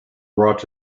brought